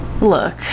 Look